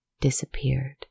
disappeared